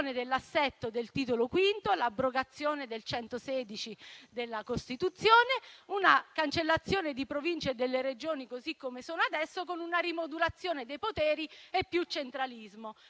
dell'assetto del Titolo V, l'abrogazione dell'articolo 116 della Costituzione, una cancellazione di Province e Regioni così come sono adesso, con una rimodulazione dei poteri e più centralismo.